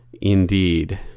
Indeed